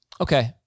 Okay